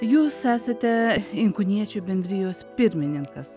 jūs esate inkūniečių bendrijos pirmininkas